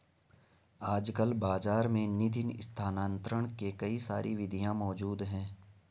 आजकल बाज़ार में निधि स्थानांतरण के कई सारी विधियां मौज़ूद हैं